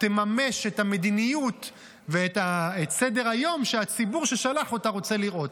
תממש את המדיניות ואת סדר-היום שהציבור ששלח אותה רוצה לראות.